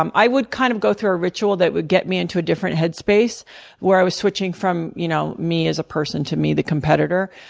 um i would kind of go through a ritual that would get me into a different head space where i was switching from, you know, me as a person to me the competitor,